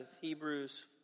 Hebrews